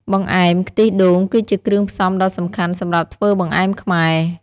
បង្អែម ខ្ទិះដូងគឺជាគ្រឿងផ្សំដ៏សំខាន់សម្រាប់ធ្វើបង្អែមខ្មែរ។